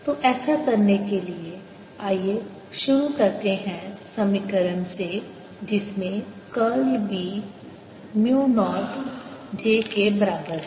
तो ऐसा करने के लिए आइए शुरू करते हैं समीकरण से जिसमें curl B mu naught j के बराबर है